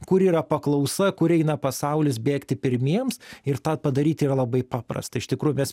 kur yra paklausa kur eina pasaulis bėgti pirmiems ir tą padaryti yra labai paprasta iš tikrųjų mes